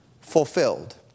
fulfilled